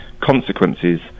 consequences